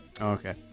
Okay